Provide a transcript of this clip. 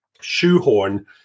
shoehorn